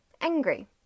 angry